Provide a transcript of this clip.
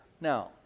Now